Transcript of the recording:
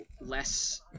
less